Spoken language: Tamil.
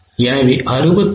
எனவே 63